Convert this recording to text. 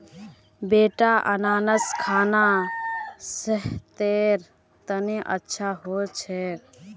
बेटा अनन्नास खाना सेहतेर तने अच्छा हो छेक